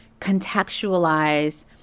contextualize